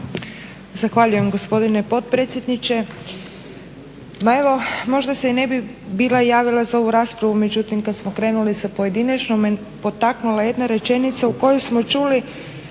Zahvaljujem, gospodine potpredsjedniče. Ma evo možda se i ne bih bila javila za ovu raspravu, međutim kad smo krenuli sa pojedinačnom me potaknula jedna rečenica u kojoj smo čuli